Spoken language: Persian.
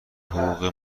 حقوق